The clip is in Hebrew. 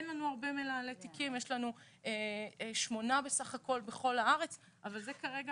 יש לנו 8 מנהלי תיקים בכל הארץ אבל זאת כרגע